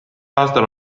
aastal